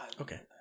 Okay